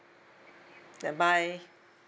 ya bye